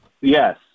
Yes